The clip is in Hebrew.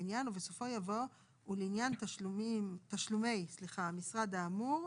העניין" ובסופו יבוא "או לעניין תשלומי המשרד האמור,